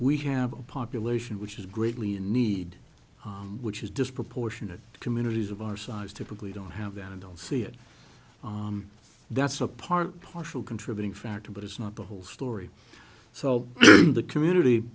we have a population which is greatly in need which is disproportionate to communities of our size typically don't have that i don't see it that's a part partial contributing factor but it's not the whole story so the community